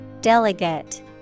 Delegate